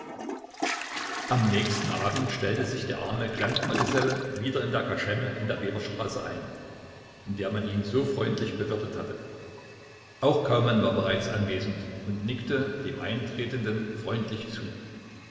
am nächsten abend stellte sich der arme klempnergeselle wieder in der kaschemme in der weberstraße ein in der man ihn so freundlich bewirtet hatte auch kaumann war bereits anwesend und nickte dem eintretenden freundlich zu